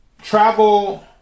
travel